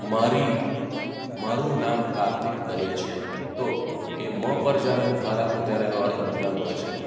મારી મારું નામ કાર્તિક દવે છે તો એ મ પર જ્યારે હું ભાર આપું ત્યારે એનો અર્થ બદલાતો હોય છે